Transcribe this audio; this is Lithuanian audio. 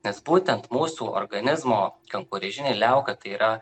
nes būtent mūsų organizmo kankorėžinė liauka tai yra